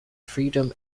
freedom